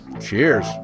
Cheers